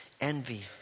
envy